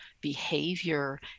behavior